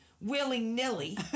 willy-nilly